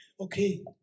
Okay